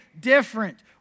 different